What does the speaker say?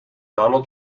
donald